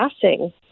passing